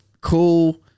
cool